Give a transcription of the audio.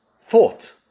Thought